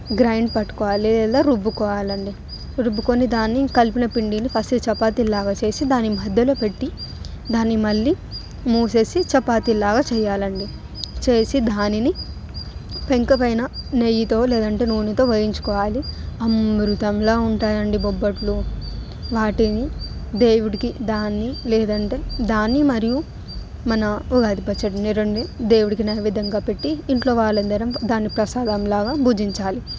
grind పట్టుకోవాలి లేదా రుబ్బుకోవాలి అండి రుబ్బుకొని దాన్ని కలిపిన పిండిని ఫస్ట్ చపాతిలాగా చేసి దాని మధ్యలో పెట్టి దాన్ని మళ్ళీ మూసేసి చపాతీలాగా చేయాలండి చేసి దానిని పెంక పైన నెయ్యితో లేదంటే నూనెతో వేయించుకోవాలి అమృతంలా ఉంటాయండి బొబ్బట్లు వాటిని దేవుడికి దాన్ని లేదంటే దాని మరియు మన ఉగాది పచ్చడిని రెండు దేవుడికి నైవేద్యంగా పెట్టి ఇంట్లో వాళ్ళందరం దాన్ని ప్రసాదం లాగా భుజించాలి